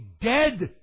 dead